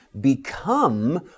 become